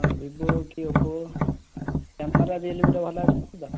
Vivo କି Oppo camera Realme ର ଭଲ ଆସୁଛି ତ